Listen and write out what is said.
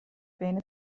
بین